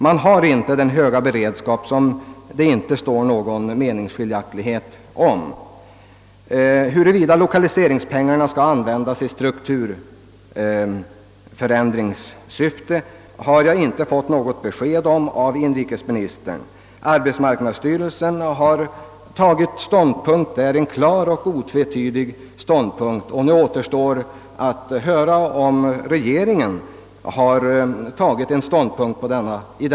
Man har inte den höga beredskap, som det inte råder några delade meningar om att man bör ha. På frågan huruvida lokaliseringspengarna skall användas för strukturrationalisering har jag inte fått något besked av inrikesministern. Arbetsmarknadsstyrelsen har därvidlag intagit en klar och otvetydig ståndpunkt, och nu återstår att höra om regeringen tagit ståndpunkt i denna fråga.